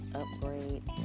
upgrade